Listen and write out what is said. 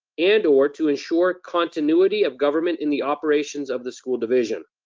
and or to ensure continuity of government in the operations of the school division.